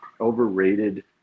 Overrated